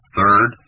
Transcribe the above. Third